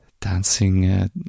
dancing